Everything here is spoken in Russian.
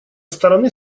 стороны